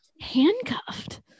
handcuffed